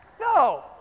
No